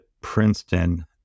Princeton